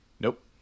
Nope